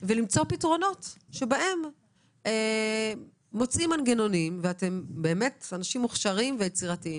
ולמצוא פתרונות שבהם מוצאים מנגנונים ואתם באמת אנשים מוכשרים ויצירתיים